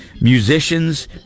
musicians